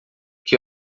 que